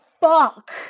fuck